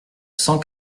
cent